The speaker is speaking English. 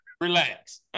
relax